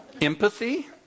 Empathy